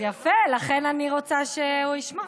אז יפה, לכן אני רוצה שהוא ישמע.